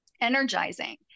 energizing